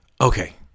Okay